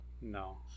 No